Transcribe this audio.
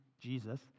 Jesus